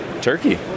Turkey